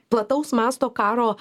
plataus masto karo